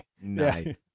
Nice